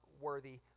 worthy